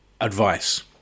advice